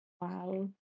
wow